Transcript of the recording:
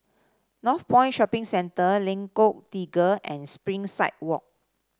Northpoint Shopping Centre Lengkong Tiga and Springside Walk